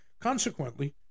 Consequently